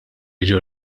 jiġu